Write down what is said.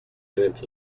minutes